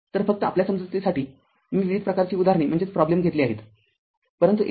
तरफक्त आपल्या समजुतीसाठी मी विविध प्रकारची उदाहरणे घेतली आहेतपरंतु ए